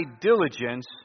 diligence